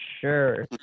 sure